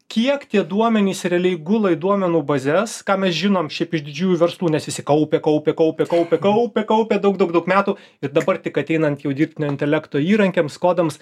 kiek tie duomenys realiai gula į duomenų bazes ką mes žinom šiaip iš didžiųjų verslų nes visi kaupia kaupia kaupia kaupia kaupia kaupia daug daug daug metų ir dabar tik ateinant jau dirbtinio intelekto įrankiams kodams